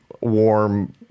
warm